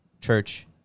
church